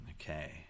Okay